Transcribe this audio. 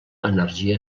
energia